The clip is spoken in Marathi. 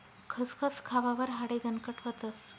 खसखस खावावर हाडे दणकट व्हतस